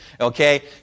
Okay